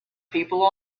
people